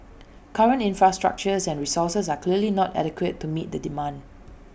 current infrastructure and resources are clearly not adequate to meet the demand